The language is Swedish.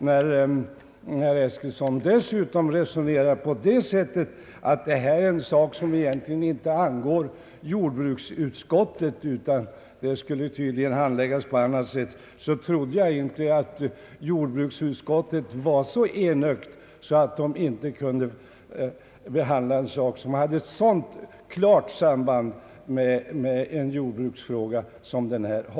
När herr Eskilsson dessutom säger att detta är något som egentligen inte angår jordbruksutskottet tydligen skall frågan handläggas på annat sätt — måste jag som min uppfattning säga att jag inte trodde jordbruksutskottet var så enögt att det inte skulle kunna behandla en fråga med så klart samband med jordbruket som denna.